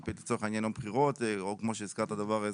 לצורך העניין יום בחירות או כמו שהזכרת דבר זה.